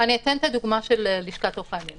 אני אתן את הדוגמה של לשכת עורכי הדין.